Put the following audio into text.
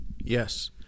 Yes